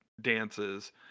dances